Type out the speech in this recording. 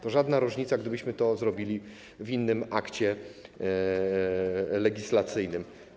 To żadna różnica, gdybyśmy to zrobili w innym akcie legislacyjnym.